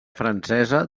francesa